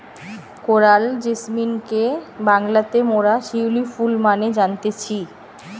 coral জেসমিনকে বাংলাতে মোরা শিউলি ফুল মানে জানতেছি